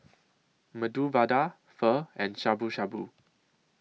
Medu Vada Pho and Shabu Shabu